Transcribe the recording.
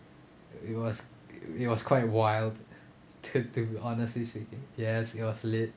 it was it was quite wild to to be honestly speaking yes it was lit